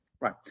right